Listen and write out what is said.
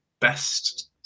best